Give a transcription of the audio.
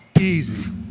Easy